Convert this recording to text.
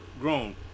grown